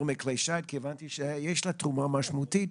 מכלי שיט כי הבנתי שיש לזה תרומה משמעותית.